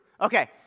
Okay